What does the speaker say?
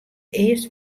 earst